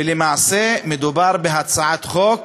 ולמעשה מדובר בהצעת חוק